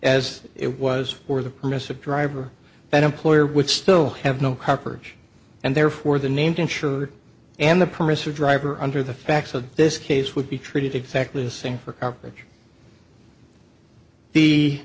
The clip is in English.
as it was for the purpose of driver that employer would still have no coverage and therefore the named insured and the permits are driver under the facts of this case would be treated exactly the same for